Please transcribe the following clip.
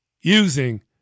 using